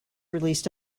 released